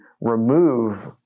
remove